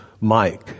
Mike